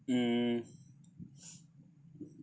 mm